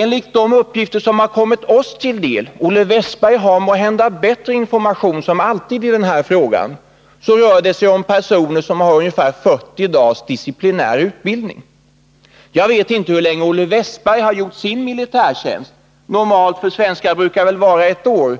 Enligt de uppgifter som har kommit oss till del — Olle Wästberg har måhända bättre information, som alltid i den här frågan — rör det sig om personer som har ungefär 40 dagars disciplinär utbildning. Jag vet inte hur länge Olle Wästberg har gjort militärtjänst. Normalt brukar det i Sverige röra sig om ett år.